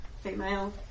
female